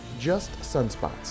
justsunspots